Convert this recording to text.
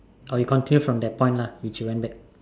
or you continue from that point lah which you went back